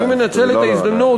אני מנצל את ההזדמנות,